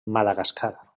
madagascar